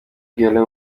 guelleh